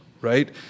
right